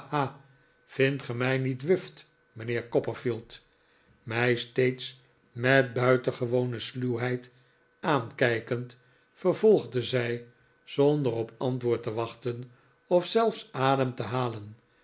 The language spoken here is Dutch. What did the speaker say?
vindt ge mij niet wuft mijnheer copperfield mij steeds met buitengewone sluwheid aankijkend vervolgde zij zonder op antwoord te wachten of zelfs adem te halen